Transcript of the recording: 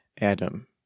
Adam